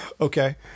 Okay